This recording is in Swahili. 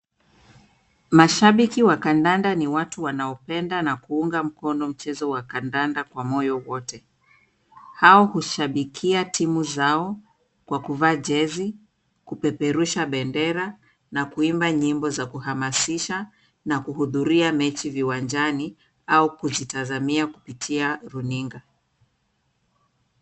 Mashabiki wa kandanda ni watu wanaopenda na kuunga mkono mchezo wa kandanda kwa moyo wote. Hao hushabikia timu zao kwa kuvaa jezi, kupeperusha bendera na kuimba nyimbo za kuhamasisha na kuhudhuria mechi viwanjani au kuzitazamia kupitia runinga.